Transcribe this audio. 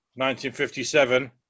1957